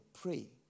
pray